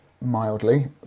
mildly